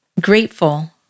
grateful